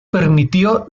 permitió